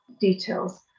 details